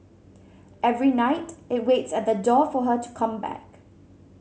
every night it waits at the door for her to come back